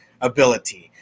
ability